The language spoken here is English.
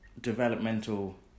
developmental